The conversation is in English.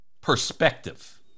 Perspective